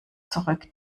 zurück